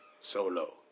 solo